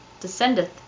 descendeth